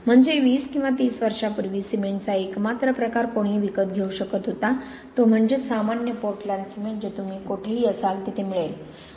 म्हणजे 20 किंवा 30 वर्षांपूर्वी सिमेंटचा एकमात्र प्रकार कोणीही विकत घेऊ शकत होता तो म्हणजे सामान्य पोर्टलँड सिमेंट जे तुम्ही कुठेही असाल तेथे मिळेल